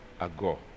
ago